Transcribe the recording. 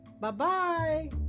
bye-bye